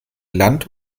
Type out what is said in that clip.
land